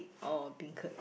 or beancurd